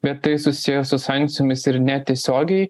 bet tai susiję su sankcijomis ir netiesiogiai